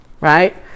right